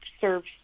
serves